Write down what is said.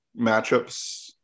matchups